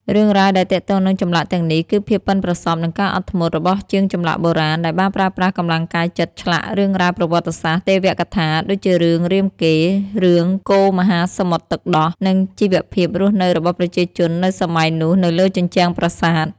រឿងរ៉ាវដែលទាក់ទងនឹងចម្លាក់ទាំងនេះគឺភាពប៉ិនប្រសប់ និងការអត់ធ្មត់ របស់ជាងចម្លាក់បុរាណ ដែលបានប្រើប្រាស់កម្លាំងកាយចិត្តឆ្លាក់រឿងរ៉ាវប្រវត្តិសាស្ត្រ ទេវកថា ដូចជារឿងរាមកេរ្តិ៍ រឿងកូរមហាសមុទ្រទឹកដោះ និងជីវភាពរស់នៅរបស់ប្រជាជននៅសម័យនោះនៅលើជញ្ជាំងប្រាសាទ។